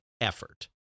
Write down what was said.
effort